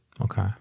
Okay